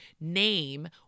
name